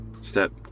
step